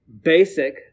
basic